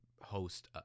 host